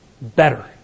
better